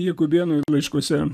jakubėnui laiškuose